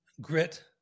grit